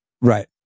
Right